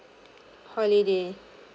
holiday